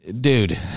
dude